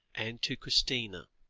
and to christina,